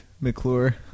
McClure